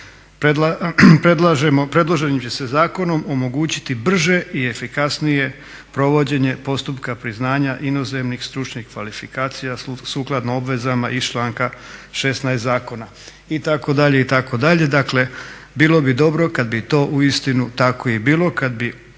"Predloženim će se zakonom omogućiti brže i efikasnije provođenje postupka priznanja inozemnih stručnih kvalifikacija sukladno obvezama iz članka 16. zakona."